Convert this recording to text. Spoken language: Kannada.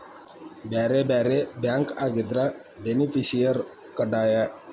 ಬ್ಯಾರೆ ಬ್ಯಾರೆ ಬ್ಯಾಂಕ್ ಆಗಿದ್ರ ಬೆನಿಫಿಸಿಯರ ಕಡ್ಡಾಯ